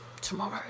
tomorrow